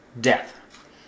death